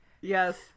Yes